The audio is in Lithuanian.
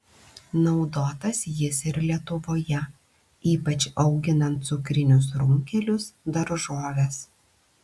naudotas jis ir lietuvoje ypač auginant cukrinius runkelius daržoves